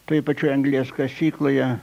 toj pačioj anglies kasykloje